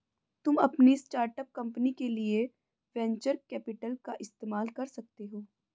तुम अपनी startup company के लिए वेन्चर कैपिटल का इस्तेमाल कर सकते हो